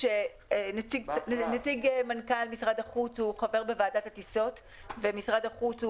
נציג מנכ"ל משרד החוץ הוא חבר בוועדת הטיסות במשרד החוץ,